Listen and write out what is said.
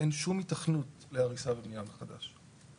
אין שום היתכנות להריסה ובנייה מחדש.